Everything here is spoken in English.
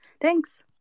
Thanks